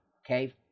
okay